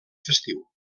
festiu